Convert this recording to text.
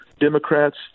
Democrats